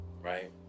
right